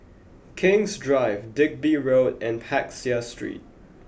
King's Drive Digby Road and Peck Seah Street